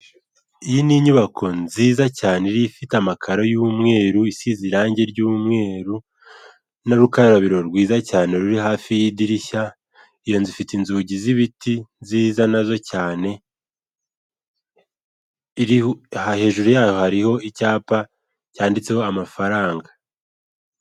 Iyi ni inyubako nziza cyane ifite amakaro y'umweru isize irange ry'umweru n'urukarabiro rwiza cyane ruri hafi y'idirishya iyo nzu ifite inzugi z'ibiti nziza nazo cyane iri hejuru yayo hariho icyapa cyanditseho amafaranga.